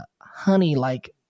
honey-like